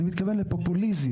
אני מתכוון לפופוליזם,